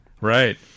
right